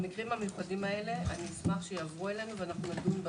המקרים המיוחדים האלה אשמח שיעברו אלינו ונדון בהם.